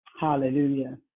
Hallelujah